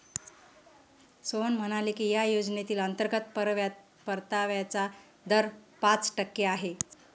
सोहन म्हणाले की या योजनेतील अंतर्गत परताव्याचा दर पाच टक्के आहे